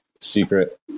secret